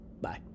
Bye